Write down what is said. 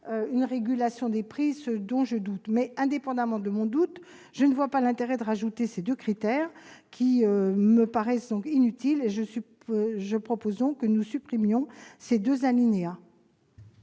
une régulation des prix ? J'en doute. Indépendamment de ce doute, je ne vois pas l'intérêt d'ajouter ces deux critères, qui me paraissent inutiles. Je propose donc que nous supprimions ces deux alinéas.